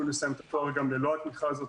לסיים את התואר גם ללא התמיכה הזאת.